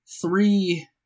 Three